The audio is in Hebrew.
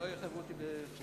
לדיון לקראת קריאה ראשונה.